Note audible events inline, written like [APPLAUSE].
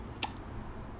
[NOISE]